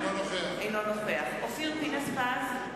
אינו נוכח אופיר פינס-פז,